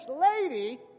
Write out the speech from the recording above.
lady